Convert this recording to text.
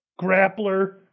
Grappler